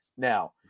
now